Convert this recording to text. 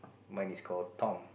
mine is call Tom